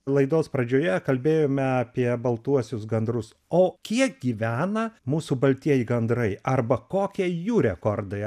laidos pradžioje kalbėjome apie baltuosius gandrus o kiek gyvena mūsų baltieji gandrai arba kokie jų rekordai